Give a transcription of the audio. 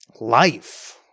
Life